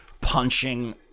punching